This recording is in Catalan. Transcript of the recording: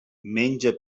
menja